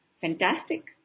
Fantastic